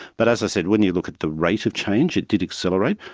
but as i said, when you look at the rate of change, it did accelerate.